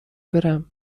برم